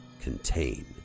Contain